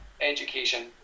education